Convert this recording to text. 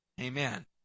Amen